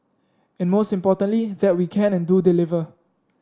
and most importantly that we can and do deliver